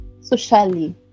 socially